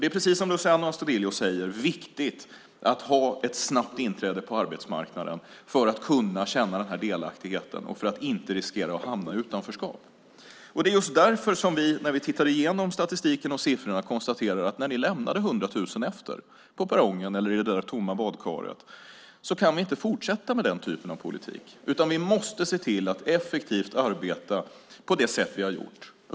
Det är, precis som Luciano Astudillo säger, viktigt att ha ett snabbt inträde på arbetsmarknaden för att man ska kunna känna denna delaktighet och för att man inte ska riskera att hamna i utanförskap. Det är just därför som vi, när vi tittar igenom statistiken och siffrorna, konstaterar att ni lämnade 100 000 på perrongen eller i det tomma badkaret. Vi kan inte fortsätta med den typen av politik, utan vi måste se till att effektivt arbeta på det sätt som vi har gjort.